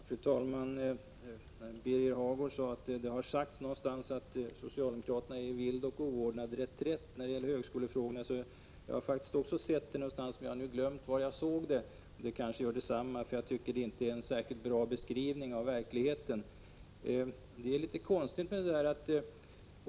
Fru talman! Birger Hagård sade att det har sagts att socialdemokraterna befinner sig i vild och oordnad reträtt när det gäller högskolefrågor. Också jag har läst det någonstans, men jag har glömt var. Det gör kanske detsamma, för jag tycker inte att det är en särskilt bra beskrivning av verkligheten. Det här är ett förhållande som är litet konstigt.